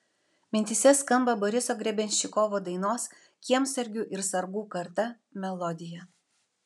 mintyse skamba boriso grebenščikovo dainos kiemsargių ir sargų karta melodija